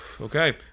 Okay